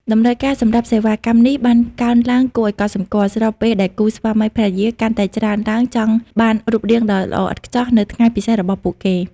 តម្រូវការសម្រាប់សេវាកម្មនេះបានកើនឡើងគួរឱ្យកត់សម្គាល់ ស្របពេលដែលគូស្វាមីភរិយាកាន់តែច្រើនឡើងចង់បានរូបរាងដ៏ល្អឥតខ្ចោះនៅថ្ងៃពិសេសរបស់ពួកគេ។